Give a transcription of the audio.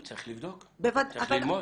אבל צריך לבדוק, צריך ללמוד.